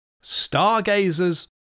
Stargazers